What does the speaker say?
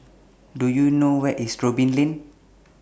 Do YOU know Where IS Robin Lane